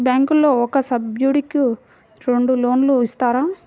బ్యాంకులో ఒక సభ్యుడకు రెండు లోన్లు ఇస్తారా?